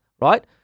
right